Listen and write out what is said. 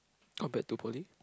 compared to poly